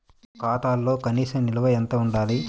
ఖాతాలో కనీస నిల్వ ఎంత ఉండాలి?